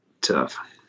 tough